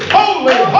holy